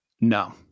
No